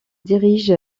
dirige